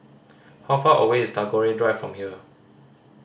how far away is Tagore Drive from here